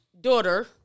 daughter